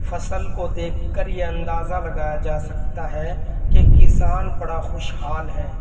فصل کو دیکھ کر یہ اندازہ لگایا جا سکتا ہے کہ کسان بڑا خوشحال ہے